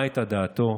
מה הייתה דעתו,